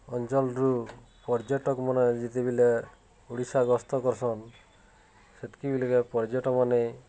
ଅଞ୍ଚଲ୍ରୁ ପର୍ଯ୍ୟଟକମାନେ ଯେତେବେଲେ ଓଡ଼ିଶା ଗ୍ରସ୍ତ କର୍ସନ୍ ସେତିକି ବେଲ୍କେ ପର୍ଯ୍ୟଟକମାନେ